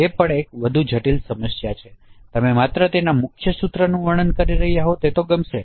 તેથી તમે માત્ર તેનાં મુખ્ય સૂત્રનું વર્ણન કરી રહ્યાં છો તે તો ગમશે